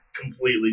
completely